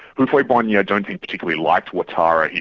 houphouet-boigny i don't think, particularly liked ouattara,